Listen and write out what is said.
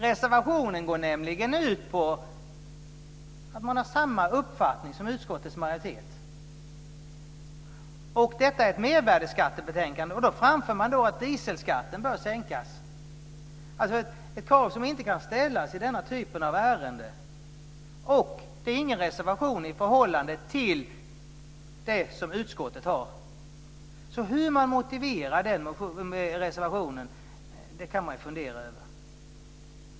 Reservationen går nämligen ut på att man har samma uppfattning som utskottets majoritet. Detta är ett mervärdesskattebetänkande, och man framför i reservationen att dieselskatten bör sänkas. Det är ett krav som inte kan ställas i denna typ av ärende. Det är ingen reservation i förhållande till det som utskottet föreslår. Vi kan ju fundera hur Moderaterna motiverar den reservationen.